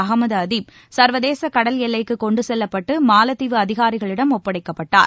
அஹமது அதீப் சர்வதேச கடல் எல்லைக்கு கொண்டு செல்லப்பட்டு மாலத்தீவு அதிகாரிகளிடம் ஒப்படைக்கப்பட்டார்